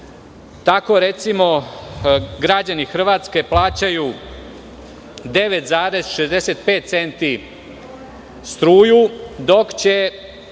Tako, recimo, građani Hrvatske plaćaju 9,65 centi struju, dok će